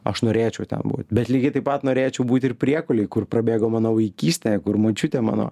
aš norėčiau ten būt bet lygiai taip pat norėčiau būt ir priekulėj kur prabėgo mano vaikystė kur močiutė mano